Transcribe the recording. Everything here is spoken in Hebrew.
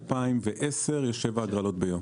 ומ-2010 יש שבע הגרלות ביום.